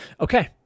Okay